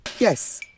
Yes